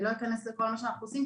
אני לא אכנס לכל מה שאנחנו עושים,